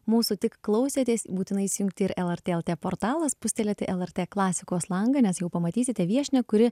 mūsų tik klausėtės būtinai įsijungti ir lrt lt portalą spustelėti lrt klasikos langą nes jau pamatysite viešnią kuri